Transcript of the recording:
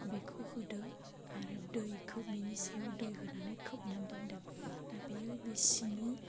बेखौ होदो आरो दैखौ बिनि सायाव दै होनानै खोबनानै दोन्दो दा बेयो बे सिंनि